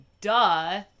duh